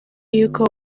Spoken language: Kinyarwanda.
y’uko